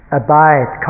abide